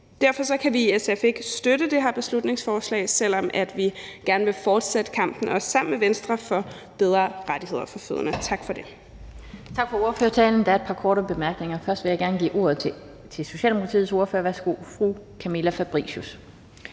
Derfor kan vi i SF ikke støtte det her beslutningsforslag, selv om vi gerne vil fortsætte kampen også sammen med Venstre for bedre rettigheder for fødende. Tak for ordet.